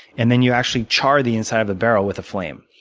and then, you actually char the inside of the barrel with a flame.